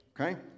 Okay